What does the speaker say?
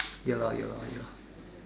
ya lor ya lor ya lor